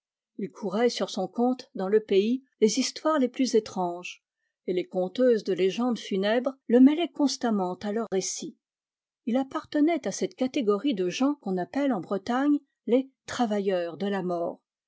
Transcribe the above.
il courait sur son compte dans le pays les histoires les plus étranges et les conteuses de légendes funèbres le mêlaient constamment à leurs récits il appartenait à cette catégorie de gens qu'on appelle en bretagne les travailleurs de la mort